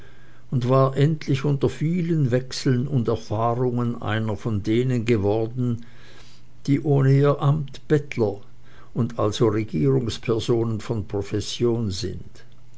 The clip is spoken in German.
und war endlich unter vielen wechseln und erfahrungen einer von denen geworden die ohne ihr amt bettler und also regierungspersonen von profession sind